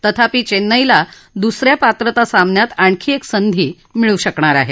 तथापी चेन्नईला दुसऱ्या पात्रता सामन्यात आणखी एक संधी मिळू शकणार आहे